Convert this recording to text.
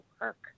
work